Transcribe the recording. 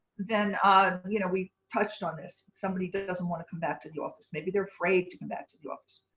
then you know we touched on this, somebody that doesn't want to come back to the office. maybe they're afraid to come back to the office.